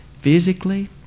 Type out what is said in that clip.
physically